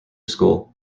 school